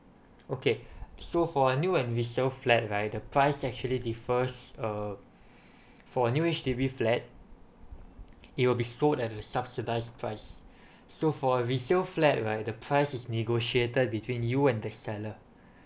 okay so for a new and resale flat right the price actually differs uh for new H_D_B flat it will be sold at a subsidized price so for a resale flat right the price is negotiated between you and the seller